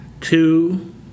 Two